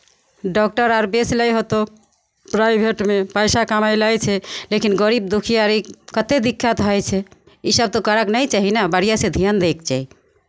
doctor आर बेचि लैत हेतौ प्राइभेटमे पैसा कमाए लै छै लेकिन गरीब दुखियारीकेँ कतेक दिक्कत होइ छै इसभ तऽ करयके ने चाही ने बढ़िआँसँ ध्यान दयके चाही